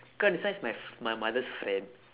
cause this one is my fr~ my mother's friend